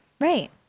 Right